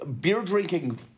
beer-drinking